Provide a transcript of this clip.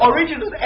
Original